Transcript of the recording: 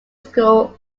school